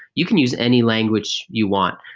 you can use any language you want.